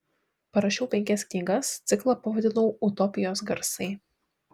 parašiau penkias knygas ciklą pavadinau utopijos garsai